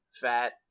fat